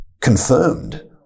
confirmed